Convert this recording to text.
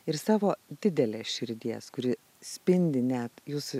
ir savo didelę širdies kuri spindi net jūsų